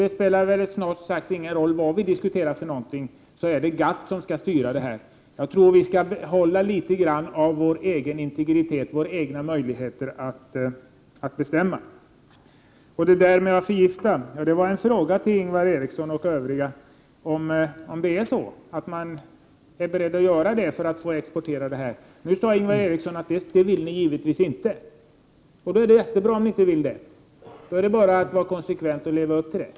Det spelar snart sagt ingen roll vad vi diskuterar, det är ändå GATT som skall styra. Jag tror att vi skall behålla något av vår egen integritet, av våra egna möjligheter att bestämma. Det som sades om att förgifta var en fråga till Ingvar Eriksson och övriga, om man är beredd att göra det för att få exportera. Nu sade Ingvar Eriksson att det vill ni givetvis inte. Det är jättebra om ni inte vill det. Då är det bara att vara konsekvent och leva upp till detta.